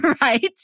Right